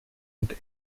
und